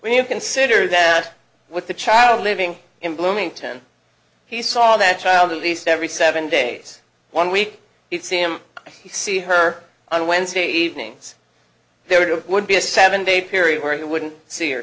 when you consider that with the child living in bloomington he saw that child at least every seven days one week see him see her on wednesday evenings there would be a seven day period where he wouldn't see or